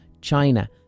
China